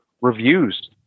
reviews